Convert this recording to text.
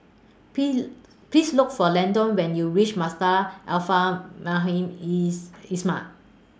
Please Look For Landon when YOU REACH Madrasah Al Fun IS Islamiah